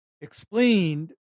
explained